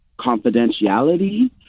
confidentiality